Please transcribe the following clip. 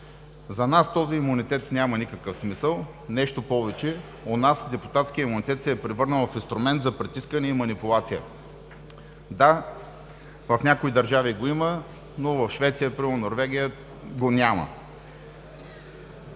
За нас този имунитет няма никакъв смисъл, нещо повече – у нас депутатският имунитет се е превърнал в инструмент за притискане и манипулация. Да, в някои държави го има, но примерно в Швеция, Норвегия го няма.